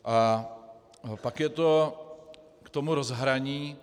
A pak je to k tomu rozhraní.